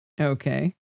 Okay